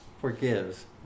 forgives